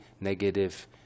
negative